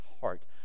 heart